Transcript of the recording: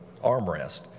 armrest